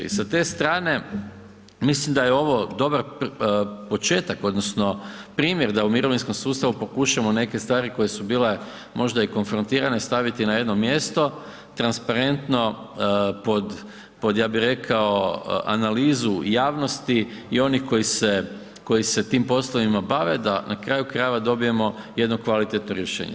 I sa te strane mislim da je ovo dobar početak odnosno primjer da u mirovinskom sustavu pokušamo neke stvari koje su bile možda i konfrontirane staviti na jedno mjesto, transparentno pod ja bi rekao analizu javnosti i onih koji se tim poslovima bave da na kraju krajeva dobijemo jedno kvalitetno rješenje.